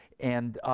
and